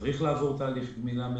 צריך לעבור תהליך גמילה מהם.